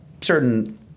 certain